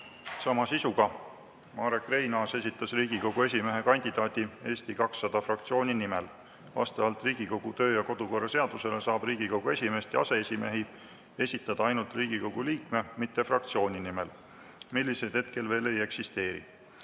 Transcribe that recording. sama sisuga: "Marek Reinaas esitas Riigikogu esimehe kandidaadi Eesti 200 fraktsiooni nimel. Vastavalt Riigikogu töö- ja kodukorra seadusele saab Riigikogu esimeest ja aseesimehi esitada ainult Riigikogu liikme, mitte fraktsiooni nimel, milliseid hetkel veel ei eksisteeri.